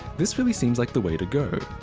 this really seems like the way to go.